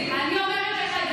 אני אומרת לך.